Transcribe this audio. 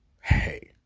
hey